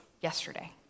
yesterday